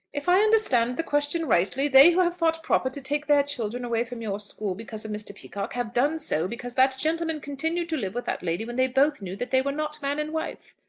if i understand the question rightly, they who have thought proper to take their children away from your school because of mr. peacocke, have done so because that gentleman continued to live with that lady when they both knew that they were not man and wife.